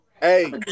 hey